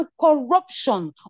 corruption